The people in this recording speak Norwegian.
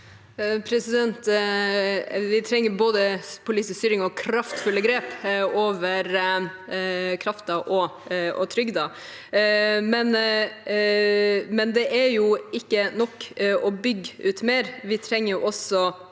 Vi trenger både poli- tisk styring og kraftfulle grep over kraften og trygden. Men det er ikke nok å bygge ut mer, vi trenger også